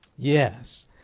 Yes